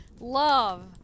love